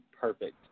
perfect